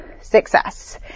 success